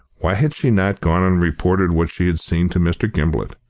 why had she not gone and reported what she had seen to mr. gimblet?